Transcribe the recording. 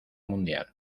mundial